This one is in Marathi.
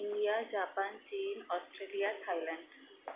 इंडिया जापान चीन ऑस्ट्रेलिया थायलंड